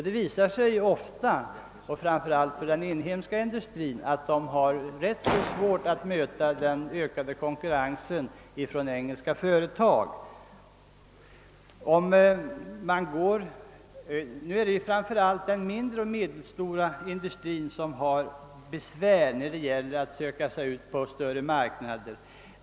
Det visar sig ofta att den svenska industrin har ganska svårt att möta den ökade konkurrensen ifrån engelska företag. Det är framför allt den mindre och medelstora industrin som har besvär när det gäller att söka sig ut på större marknader.